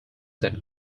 then